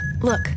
look